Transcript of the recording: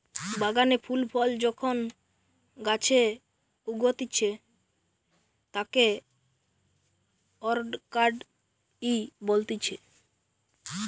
বাগানে ফুল ফল যখন গাছে উগতিচে তাকে অরকার্ডই বলতিছে